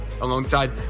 alongside